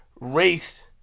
race